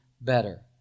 better